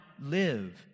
live